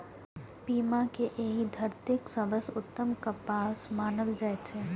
पीमा कें एहि धरतीक सबसं उत्तम कपास मानल जाइ छै